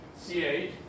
C8